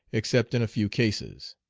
except in a few cases.